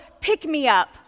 pick-me-up